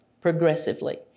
progressively